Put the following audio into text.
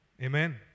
amen